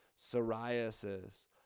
psoriasis